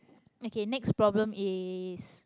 okay next problem is